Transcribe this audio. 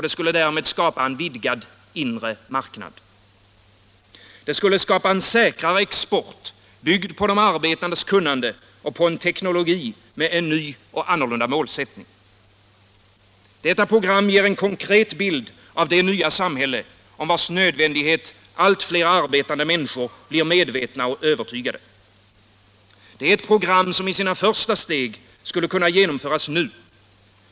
Det skulle därmed skapa en vidgad inre marknad. Det skulle skapa säkrare export, byggd på de arbetandes kunnande och på en teknologi med en ny och annorlunda målsättning. Detta program ger en konkret bild av det nya samhälle om vars nödvändighet allt fler arbetande människor blir medvetna och övertygade. Det är ett program som i sina första steg skulle kunna genomföras nu.